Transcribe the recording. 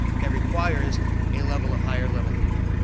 that requires a level of higher level thinking.